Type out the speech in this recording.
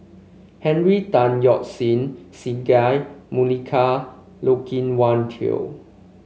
Henry Tan Yoke See Singai Mukilan Loke Wan Tho